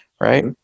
right